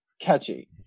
catchy